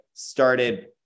Started